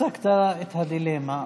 הצגת את הדילמה.